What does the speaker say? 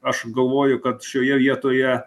aš galvoju kad šioje vietoje